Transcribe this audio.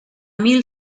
mil